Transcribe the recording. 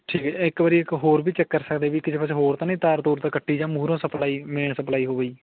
ਠੀਕ ਹੈ ਇੱਕ ਵਾਰੀ ਇੱਕ ਹੋਰ ਵੀ ਚੱਕ ਕਰ ਸਕਦੇ ਜੀ ਕਿਸੇ ਪਾਸੋ ਹੋਰ ਤਾਂ ਨਹੀਂ ਤਾਰ ਤੂਰ ਤਾਂ ਕੱਟੀ ਜਾਂ ਮੂਹਰੋਂ ਸਪਲਾਈ ਮੇਨ ਸਪਲਾਈ ਹੋ ਗਈ